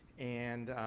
and,